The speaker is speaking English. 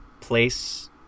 place